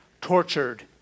tortured